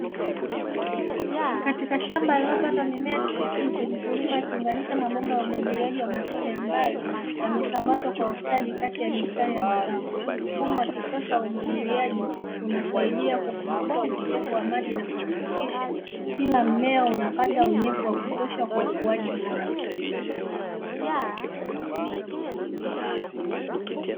Katika shamba lililopandwa mimea chipukizi mkulima akiunganisha mabomba ya umwagiliaji wa matone, ambayo yamesambazwa kwa hospitali kati ya mistari ya mazao mfumo wa kisasa wa umwagiliaji unasaidia kupunguza upotevu wa maji na kuhakikisha kila mmea unapata unyevu wa kutosha kwa ukuaji bora.